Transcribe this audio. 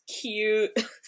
cute